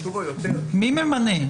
מי ממנה?